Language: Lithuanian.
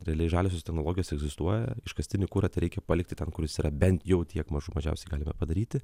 realiai žaliosios technologijos egzistuoja iškastinį kurą tereikia palikti ten kuris yra bent jau tiek mažų mažiausiai galime padaryti